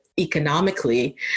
economically